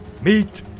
Meet